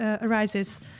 arises